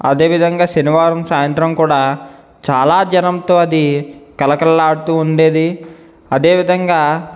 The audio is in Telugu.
అదే విధంగా శనివారం సాయంత్రం కూడా చాలా జనంతో అది కళకళలాడుతూ ఉండేది అదే విధంగా